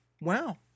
Wow